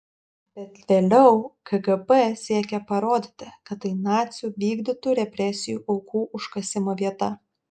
bet vėliau kgb siekė parodyti kad tai nacių vykdytų represijų aukų užkasimo vieta